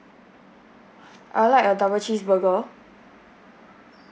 I'd like a double cheese burger